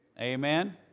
Amen